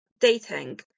dating